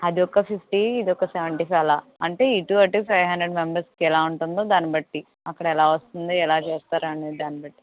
అది ఒక ఫిఫ్టీ ఇది ఒక సెవెంటీ ఫైవ్ అలా అంటే ఇటు అటు ఫైవ్ హండ్రెడ్ మెంబర్స్కి ఎలా ఉంటుందో దాన్ని బట్టి అక్కడ ఎలా వస్తుందో ఎలా చేస్తారో దాని బట్టి